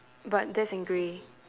but that's in grey